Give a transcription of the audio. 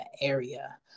area